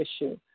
issue